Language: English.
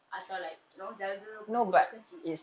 atau like you know budak kecil